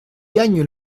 gagne